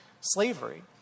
slavery